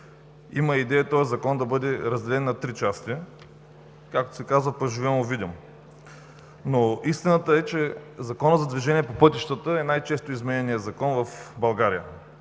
Има идея този Закон да бъде разделен на три части, както се казва „паживьом – увидим“. Истината е, че Законът за движение по пътищата е най-често изменяният Закон в България.